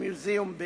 Center Museum,